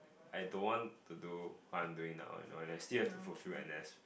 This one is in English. I don't want to do what I'm doing now I know and I still have to fulfil N_S